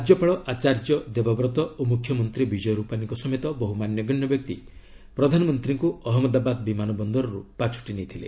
ରାଜ୍ୟପାଳ ଆଚାର୍ଯ୍ୟ ଦେବବ୍ରତ ଓ ମୁଖ୍ୟମନ୍ତ୍ରୀ ବିଜୟ ରୂପାନୀଙ୍କ ସମେତ ବହୁ ମାନ୍ୟଗଣ୍ୟ ବ୍ୟକ୍ତି ପ୍ରଧାନମନ୍ତୀଙ୍କୁ ଅହମ୍ମଦାବାଦ ବିମାନ ବନ୍ଦରରୁ ପାଛୋଟି ନେଇଥିଲେ